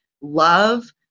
love